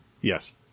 Yes